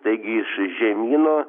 taigi iš žemyno